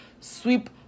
sweep